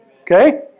Okay